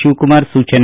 ಶಿವಕುಮಾರ ಸೂಚನೆ